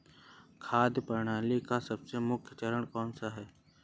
खाद्य प्रणाली का सबसे प्रमुख चरण कौन सा है?